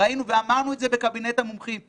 ואמרנו את זה בקבינט המומחים,